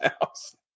house